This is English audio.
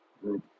group